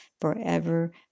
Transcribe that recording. forever